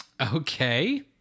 Okay